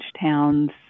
towns